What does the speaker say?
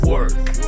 Work